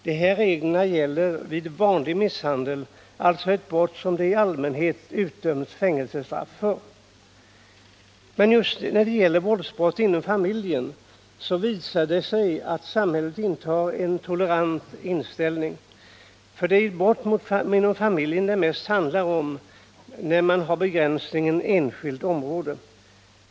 De här reglerna gäller vid ”vanlig” misshandel, alltså ett brott som det i allmänhet utdöms fängelsestraff för. Men just när det gäller våldsbrott inom familjen visar det sig att samhället intar en egendomligt tolerant inställning — för det är ju brott inom familjen det mest handlar om när man har begränsningen ”enskilt område”.